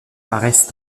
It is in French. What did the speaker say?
paraissent